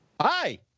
Hi